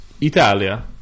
Italia